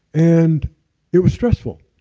and it was stressful.